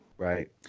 Right